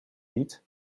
niet